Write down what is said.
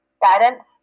Guidance